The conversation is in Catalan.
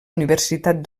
universitat